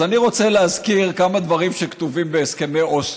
אז אני רוצה להזכיר כמה דברים שכתובים בהסכמי אוסלו,